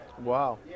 Wow